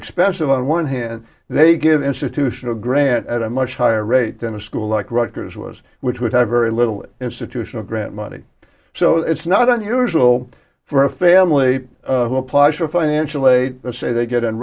expensive on one hand they get institutional grant at a much higher rate than a school like rutgers was which would have very little institutional grant money so it's not unusual for a family to apply for financial aid say they get an